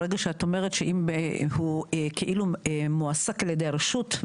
ברגע שאת אומרת שהוא כאילו מועסק על ידי הרשות,